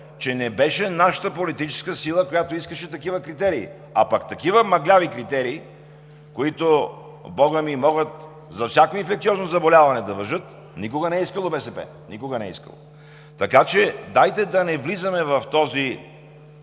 че не беше нашата политическа сила, която искаше такива критерии, а пък такива мъгляви критерии, които, бога ми, могат за всяко инфекциозно заболяване да важат, никога не е искало БСП. Никога не е искало! Дайте да не влизаме в този